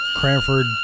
Cranford